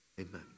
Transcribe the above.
Amen